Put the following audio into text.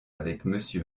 avec